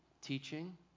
teaching